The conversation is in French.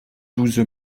douze